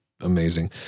amazing